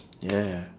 ya ya